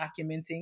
documenting